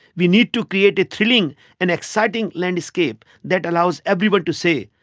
we need to create a thrilling and exciting landscape that allows everyone to say,